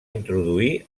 introduir